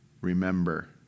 Remember